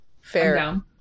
Fair